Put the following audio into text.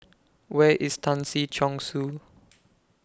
Where IS Tan Si Chong Su